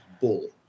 bull